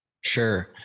Sure